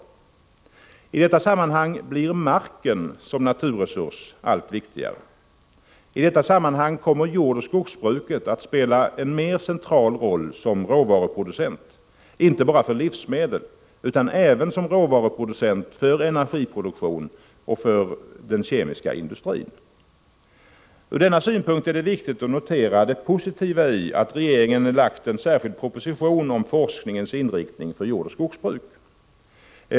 I detta sammanhang blir marken som naturresurs allt viktigare. Jordoch skogsbruket kommer då att spela en mer central roll som råvaruproducent, inte bara för livsmedel utan även för energiproduktionen och för den kemiska industrin. Från denna synpunkt är det viktigt att notera det positiva i att regeringen lagt fram en särskild proposition om forskningens inriktning för jordoch skogsbruk.